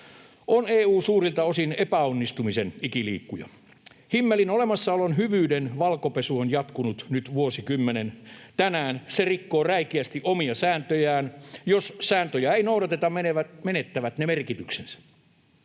on EU suurilta osin epäonnistumisen ikiliikkuja. Himmelin olemassaolon hyvyyden valkopesu on jatkunut nyt vuosikymmenen. Tänään se rikkoo räikeästi omia sääntöjään. Jos sääntöjä ei noudateta, menettävät ne merkityksensä.